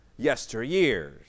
yesteryears